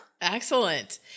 Excellent